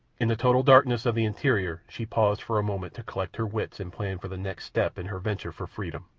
in the total darkness of the interior she paused for a moment to collect her wits and plan for the next step in her venture for freedom.